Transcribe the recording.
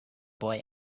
boy